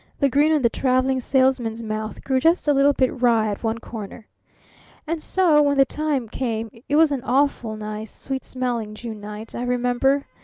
the grin on the traveling salesman's mouth grew just a little bit wry at one corner and so when the time came it was an awful nice, sweet-smelling june night, i remember,